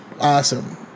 awesome